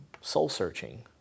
soul-searching